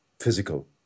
physical